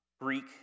Greek